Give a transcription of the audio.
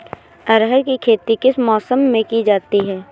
अरहर की खेती किस मौसम में की जाती है?